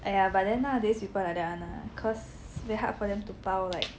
aiya but then nowadays people like that one lah cause very hard for them to 包 like